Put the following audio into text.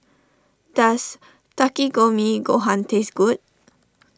does Takikomi Gohan taste good